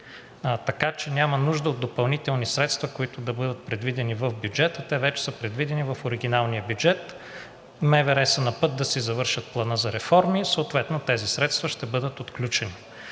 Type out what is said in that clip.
така че няма нужда от допълнителни средства, които да бъдат предвидени в бюджета. Те вече са предвидени в оригиналния бюджет. МВР са на път да си завършат плана за реформи и съответно тези средства ще бъдат отключени.